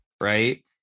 right